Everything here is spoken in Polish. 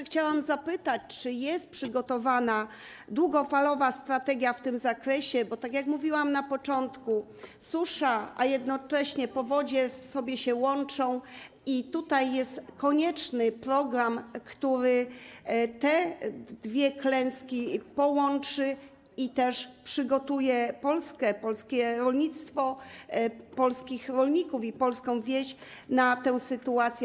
Chciałam także zapytać, czy jest przygotowana długofalowa strategia w tym zakresie, bo, tak jak mówiłam na początku, susza i jednocześnie powodzie się łączą i tutaj jest konieczny program, który połączy sprawy tych dwóch klęsk i też przygotuje Polskę, polskie rolnictwo, polskich rolników i polską wieś na tę sytuację.